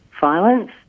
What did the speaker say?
violence